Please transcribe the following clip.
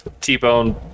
T-Bone